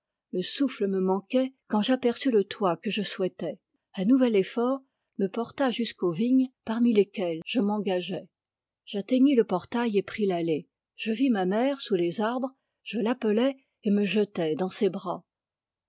le souffle me manquait quand j'aperçus le toit que je souhaitais un nouvel effort me porta jusqu'aux vignes parmi lesquelles je m'engageai j'atteignis le portail et pris l'allée je vis ma mère sous les arbres ie l'appelai et me jetai dans ses bras